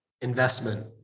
investment